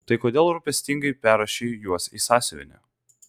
tai kodėl rūpestingai perrašei juos į sąsiuvinį